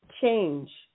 change